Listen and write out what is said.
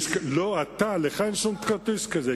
לא, לך אין שום כרטיס כזה.